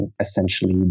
essentially